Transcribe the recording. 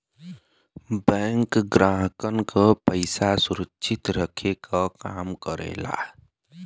bank ग्राहक क पइसा सुरक्षित रखे क काम करला